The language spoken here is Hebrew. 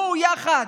בואו יחד,